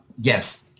Yes